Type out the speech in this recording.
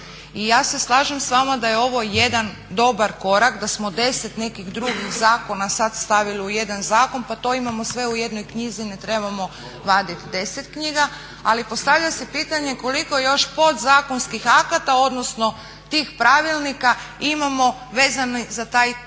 I ja se slažem s vama da je ovo jedan dobar korak, da smo deset nekih drugih zakona sad stavili u jedan zakon, pa to imamo sve u jednoj knjizi i ne trebamo vaditi deset knjiga, ali postavlja se pitanje koliko još podzakonskih akata odnosno tih pravilnika imao vezano za taj